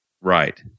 right